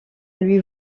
lui